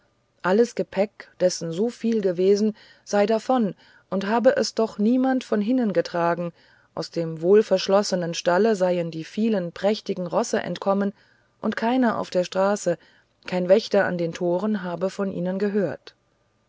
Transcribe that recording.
alles gepäck dessen so viel gewesen sei davon und habe es doch niemand von hinnen getragen aus dem wohlverschlossenen stalle seinen die vielen prächtigen rosse entkommen und keiner auf den straßen kein wächter an den toren habe von ihnen gehört